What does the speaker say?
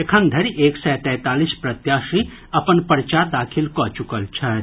एखन धरि एक सय तैंतालीस प्रत्याशी अपन पर्चा दाखिल कऽ चुकल छथि